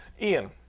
Ian